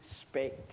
spake